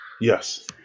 Yes